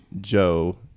Joe